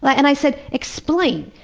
but and i said, explain!